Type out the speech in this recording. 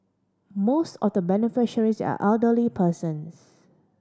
most of the beneficiaries are elderly persons